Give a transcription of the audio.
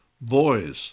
boys